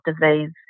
disease